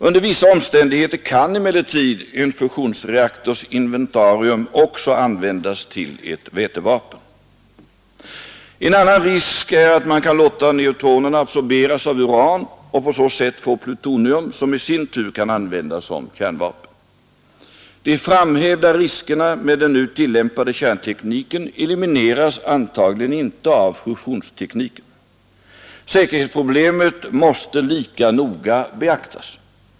Under vissa omständigheter kan emellertid en fusionsreaktors inventarium också användas till ett vätevapen. En annan risk är att man kan låta neutronerna absorberas av uran och på så sätt få plutonium som i sin tur kan användas som kärnvapen. De framhävda riskerna med den nu tillämpade kärntekniken elimineras antagligen inte av fusionstekniken. Säkerhetsproblemet måste lika noga beaktas.